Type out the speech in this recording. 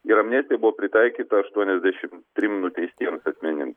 ir amnestija buvo pritaikyta aštuoniasdešim trim nuteistiems asmenim